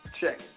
check